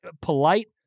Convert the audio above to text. polite